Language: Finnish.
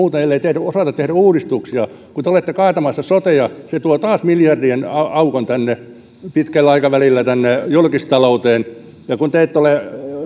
ellei osata tehdä uudistuksia kun te olette kaatamassa sotea se tuo taas miljardien aukon pitkällä aikavälillä julkistalouteen ja kun te ette ole